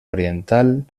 oriental